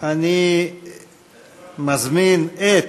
אני מזמין את